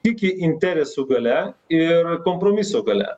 tiki interesų galia ir kompromiso galia